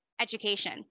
education